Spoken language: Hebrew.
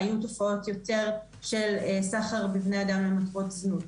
היו תופעות יותר של סחר בבני אדם למטרות זנות.